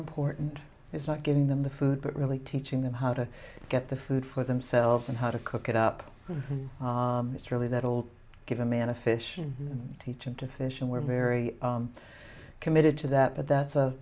important is not getting them the food but really teaching them how to get the food for themselves and how to cook it up it's really that all give a man a fish and teach him to fish and we're very committed to that but that's a